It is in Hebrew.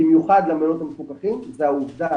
במיוחד למעונות המפוקחים זה העובדה